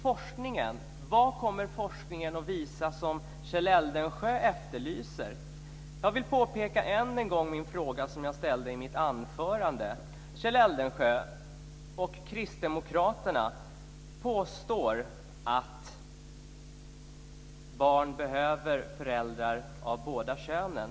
Vad är det som Kjell Eldensjö efterlyser och som forskningen kommer att visa? Jag vill än en gång påminna om den fråga som jag ställde i mitt anförande. Kjell Eldensjö och Kristdemokraterna påstår att barn behöver föräldrar av båda könen.